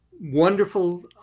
wonderful